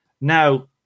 Now